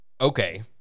okay